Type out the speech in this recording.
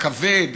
הכבד,